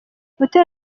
butera